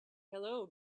hello